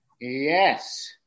Yes